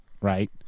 right